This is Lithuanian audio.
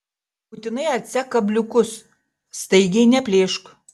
būtinai atsek kabliukus staigiai neplėšk